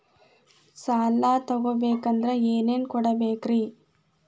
ಸಾಲ ತೊಗೋಬೇಕಂದ್ರ ಏನೇನ್ ಕೊಡಬೇಕ್ರಿ?